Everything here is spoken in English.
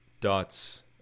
Dot's